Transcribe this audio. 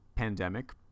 pandemic